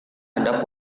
ada